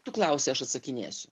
tu klausi aš atsakinėsiu